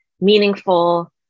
meaningful